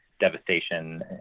devastation